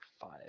five